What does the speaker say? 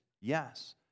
Yes